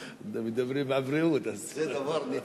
מדברים על בריאות אז, זה דבר נצחי.